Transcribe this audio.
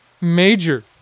major